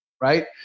right